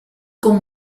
con